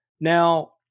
Now